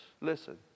listen